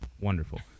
Wonderful